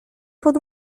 pod